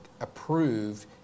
approved